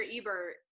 Ebert